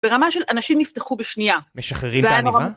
ברמה של אנשים נפתחו בשנייה. משחררים את העניבה? זה היה נורא